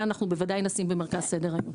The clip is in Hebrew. אנחנו בוודאי נשים במרכז סדר היום.